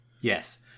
Yes